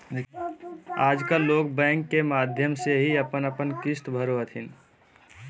आजकल लोग बैंक के माध्यम से ही अपन अपन किश्त भरो हथिन